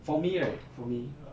for me right for me